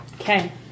Okay